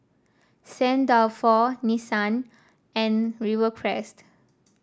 Saint Dalfour Nissin and Rivercrest